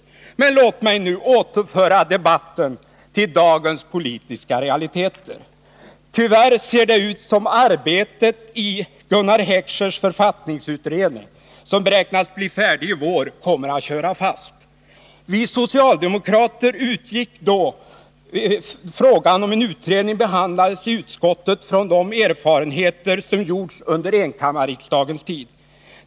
Men låt mig nu återföra debatten till dagens politiska realiteter. Tyvärr ser det ut som om arbetet i Gunnar Heckschers författningsutredning, som beräknas bli färdig i vår, kommer att köra fast. Vi socialdemokrater utgick, då frågan om en utredning behandlades i utskottet, från de erfarenheter som gjorts under enkammarriksdagens tid.